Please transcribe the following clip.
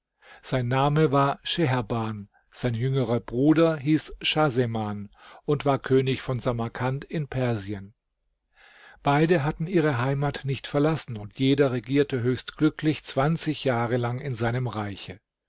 sein name war scheherban sein jüngerer bruder hieß schahseman und war könig von samarkand in persien beide hatten ihre heimat nicht verlassen und jeder regierte höchst glücklich jahre lang in seinem reiche